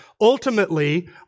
Ultimately